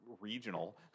regional